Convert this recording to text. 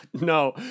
No